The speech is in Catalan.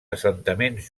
assentaments